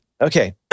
Okay